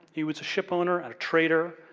he was a ship owner, and a trader.